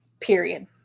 Period